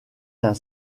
d’un